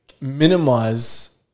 Minimize